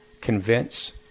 convince